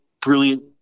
brilliant